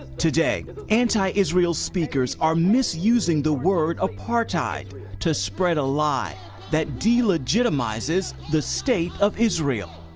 today anti-israel speakers are misusing the word apartheid to spread a lie that delegitimizes the state of israel.